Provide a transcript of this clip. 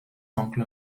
oncle